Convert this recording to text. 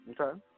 Okay